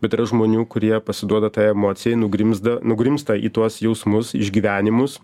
bet yra žmonių kurie pasiduoda tai emocijai nugrimzda nugrimzta į tuos jausmus išgyvenimus